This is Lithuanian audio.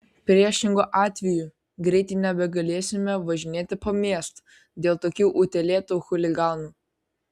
priešingu atveju greitai nebegalėsime važinėti po miestą dėl tokių utėlėtų chuliganų